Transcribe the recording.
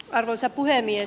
arvoisa puhemies